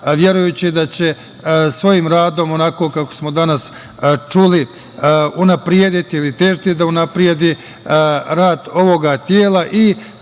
verujući da će svojim radom, onako kako smo danas čuli, unaprediti ili težiti da unapredi rad ovog tela